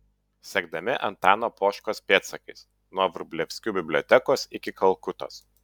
sekdami antano poškos pėdsakais nuo vrublevskių bibliotekos iki kalkutos